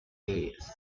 areas